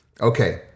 Okay